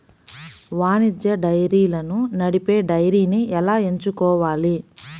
వాణిజ్య డైరీలను నడిపే డైరీని ఎలా ఎంచుకోవాలి?